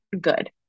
good